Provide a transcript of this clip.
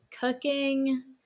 cooking